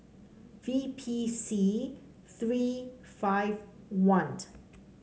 V P C three five one